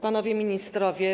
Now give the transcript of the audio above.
Panowie Ministrowie!